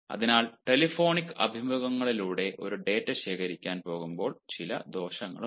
അതിനാൽ ടെലിഫോണിക് അഭിമുഖങ്ങളിലൂടെ ഒരു ഡാറ്റ ശേഖരിക്കാൻ പോകുമ്പോൾ ചില ദോഷങ്ങളുമുണ്ട്